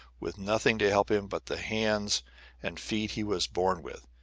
with nothing to help him but the hands and feet he was born with,